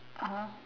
(uh huh)